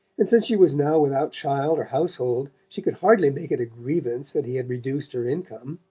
and since she was now without child or household she could hardly make it a grievance that he had reduced her income.